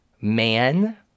man